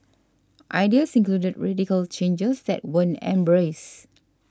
ideas included radical changes that weren't embraced